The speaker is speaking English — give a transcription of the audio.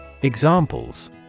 Examples